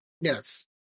yes